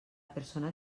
persona